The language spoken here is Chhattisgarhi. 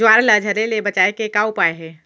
ज्वार ला झरे ले बचाए के का उपाय हे?